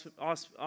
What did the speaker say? ask